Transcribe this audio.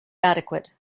adequate